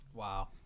Wow